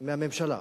מהממשלה.